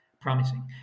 promising